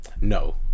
No